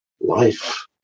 life